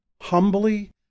humbly